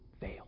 fail